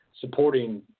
supporting